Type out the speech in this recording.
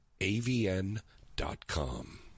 avn.com